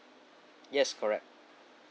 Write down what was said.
yes correct